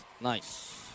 Nice